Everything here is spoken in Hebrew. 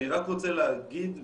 אני רק רוצה להגיד,